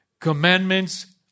commandments